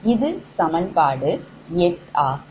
இது சமன்பாடு எட்டாகும்